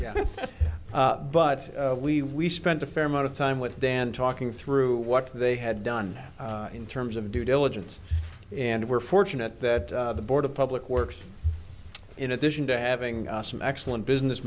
ah but we we spent a fair amount of time with dan talking through what they had done in terms of due diligence and we're fortunate that the board of public works in addition to having some excellent business